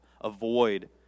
Avoid